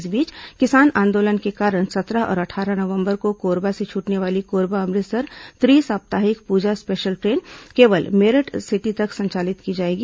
इस बीच किसान आंदोलन के कारण सत्रह और अट्ठारह नवंबर को कोरबा से छूटने वाली कोरबा अमृतसर त्रि साप्ताहिक पूजा स्पेशल ट्रेन केवल मेरठ सिटी तक संचालित की जाएगी